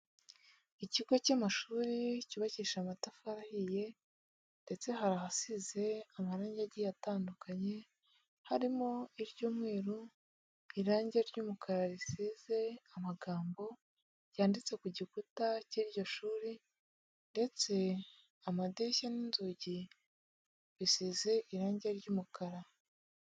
Ikigo cy'amashuri cyubakishije amatafari ahiye ndetse hari ahasize amarangi agiye atandukanye, harimo iry'umweru, irangi ry'umukara risize amagambo ryanditse ku gikuta cy'iryo shuri ndetse amadirishya n'inzugi bisize irangi ry'umukara.